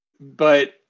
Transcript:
But-